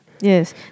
Yes